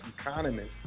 economists